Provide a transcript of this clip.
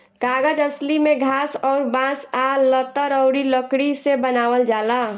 कागज असली में घास अउर बांस आ लतर अउरी लकड़ी से बनावल जाला